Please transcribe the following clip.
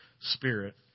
spirit